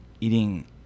eating